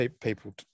people